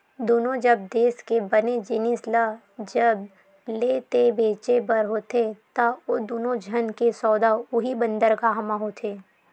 दुनों जब देस के बने जिनिस ल जब लेय ते बेचें बर होथे ता ओ दुनों झन के सौदा उहीं बंदरगाह म होथे